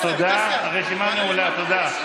הרשימה נעולה, תודה.